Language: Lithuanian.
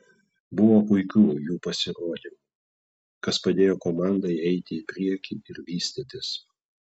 buvo puikių jų pasirodymų kas padėjo komandai eiti į priekį ir vystytis